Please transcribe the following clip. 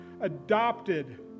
adopted